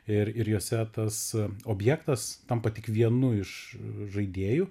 ir ir jose tas objektas tampa tik vienu iš žaidėjų